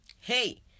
hey